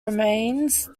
remains